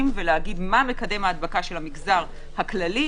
ולומר מה מקדם ההדבקה של המגזר הכללי,